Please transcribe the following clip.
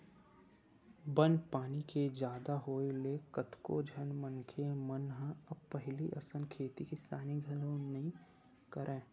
बन पानी के जादा होय ले कतको झन मनखे मन ह अब पहिली असन खेती किसानी घलो नइ करय